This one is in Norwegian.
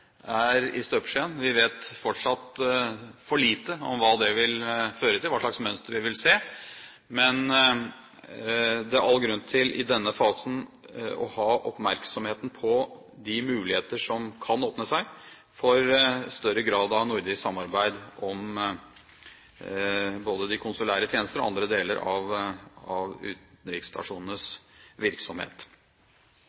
er i støpeskjeen. Vi vet fortsatt for lite om hva det vil føre til, hva slags mønster vi vil se. Men det er all grunn til i denne fasen å ha oppmerksomheten på de muligheter som kan åpne seg for større grad av nordisk samarbeid om både de konsulære tjenester og andre deler av utenriksstasjonenes